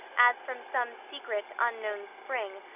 as from some secret, unknown spring,